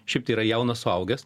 šiaip tai yra jaunas suaugęs